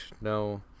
no